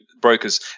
Brokers